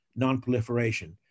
nonproliferation